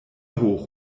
hoch